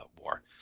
war